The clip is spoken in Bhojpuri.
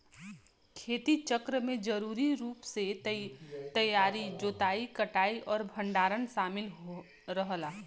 खेती चक्र में जरूरी रूप से तैयारी जोताई कटाई और भंडारण शामिल रहला